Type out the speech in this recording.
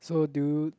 so do